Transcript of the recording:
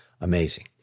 amazing